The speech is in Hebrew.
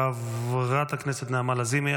חברת הכנסת נעמה לזימי.